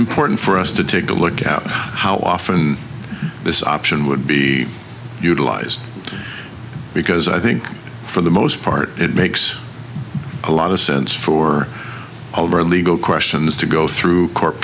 important for us to take a look out how often this option would be utilized because i think for the most part it makes a lot of sense for our legal questions to go through cou